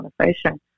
conversation